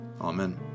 Amen